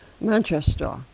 Manchester